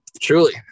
Truly